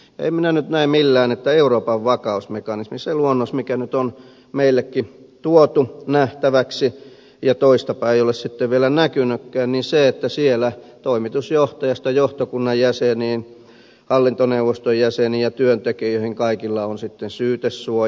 en minä nyt näe millään että euroopan vakausmekanismi se luonnos mikä nyt on meillekin tuotu nähtäväksi ja toistapa ei ole sitten vielä näkynytkään on sellainen että siellä toimitusjohtajasta johtokunnan jäseniin hallintoneuvoston jäseniin ja työntekijöihin kaikilla on sitten syytesuoja